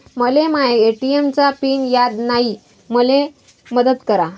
मले माया ए.टी.एम चा पिन याद नायी, मले मदत करा